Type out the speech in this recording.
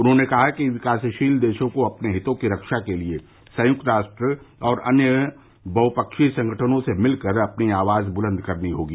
उन्होंने कहा कि विकासशील देशों को अपने हितों की रक्षा के लिए संयुक्त राष्ट्र और अन्य बहुपक्षीय संगठनों में मिलकर अपनी आवाज बुलंद करनी होगी